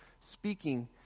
speaking